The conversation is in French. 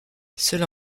cela